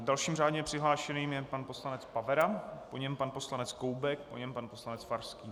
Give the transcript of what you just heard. Dalším řádně přihlášeným je pan poslanec Pavera, po něm pan poslanec Koubek, po něm pan poslanec Farský.